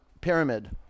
pyramid